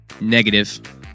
Negative